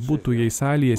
būtų jei salėje